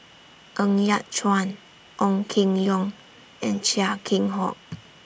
Ng Yat Chuan Ong Keng Yong and Chia Keng Hock